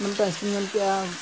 ᱚᱱᱟᱛᱮ ᱟᱥᱤᱧ ᱧᱮᱞ ᱠᱮᱫᱟ